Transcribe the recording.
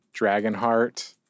Dragonheart